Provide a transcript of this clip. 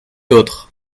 autre